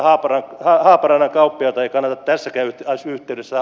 haaparannan kauppiaita ei kannata tässäkään yhteydessä